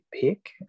pick